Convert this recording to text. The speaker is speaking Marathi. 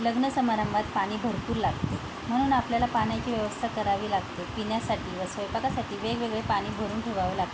लग्नसमारंभात पाणी भरपूर लागते म्हणून आपल्याला पाण्याची व्यवस्था करावी लागते पिण्यासाठी व स्वैपाकासाठी वेगवेगळे पाणी भरून ठेवावं लागते